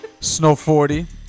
Snow40